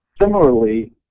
Similarly